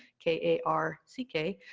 k a r c k,